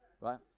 right